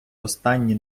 останні